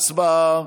הצבעה.